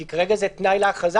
כי כרגע זה תנאי להכרזה.